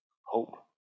Hope